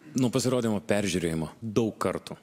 nuo pasirodymo peržiūrėjimo daug kartų